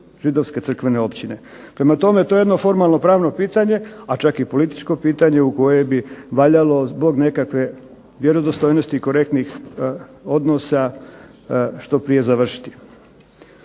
židovske crkvene općine. Prema tome, to je jedno formalno-pravno pitanje, a čak i političko pitanje u koje bi valjalo zbog nekakve vjerodostojnosti i korektnih odnosa što prije završiti.